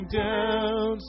down